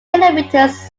kilometres